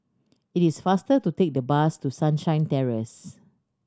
it is faster to take the bus to Sunshine Terrace